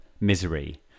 misery